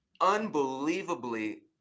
unbelievably